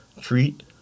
treat